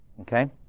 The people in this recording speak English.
Okay